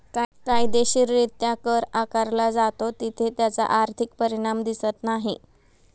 कायदेशीररित्या कर आकारला जातो तिथे त्याचा आर्थिक परिणाम दिसत नाही